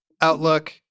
Outlook